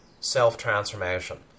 self-transformation